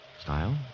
Style